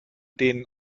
denen